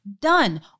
done